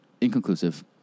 inconclusive